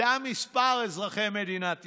זה המספר, אזרחי מדינת ישראל.